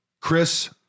Chris